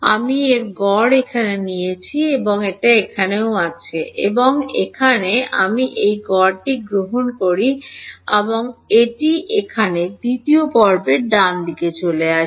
আমি এর গড় এখানে নিয়েছি এখানে এও আছে এবং এ এখানে আমি এই গড়টি গ্রহণ করি এবং এটি এখানে দ্বিতীয় পর্বের ডানদিকে চলে আসে